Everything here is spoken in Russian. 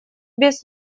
без